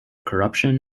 corruption